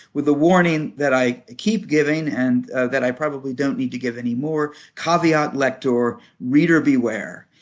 with a warning that i keep giving and that i probably don't need to give any more caveat lector, reader beware.